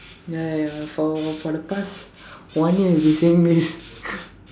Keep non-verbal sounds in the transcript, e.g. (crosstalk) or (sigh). ya ya for for the past one year you've been saying this (laughs)